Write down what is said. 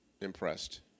impressed